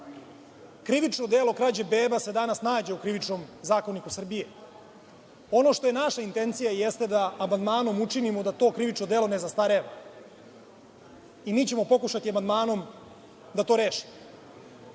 krivično delo – krađa beba danas se nađe u Krivičnom zakoniku Srbije. Ono što naša intencija jeste da amandmanom učinimo da to krivično delo ne zastareva i mi ćemo pokušati amandmanom da to rešimo. Zaista